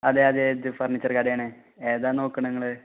അതെ അതെ അത് ഫർണീച്ചർ കടയണ് ഏതാ നോക്കുന്നത് നിങ്ങൾ